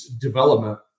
development